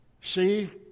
See